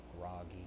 Groggy